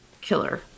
killer